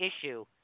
issue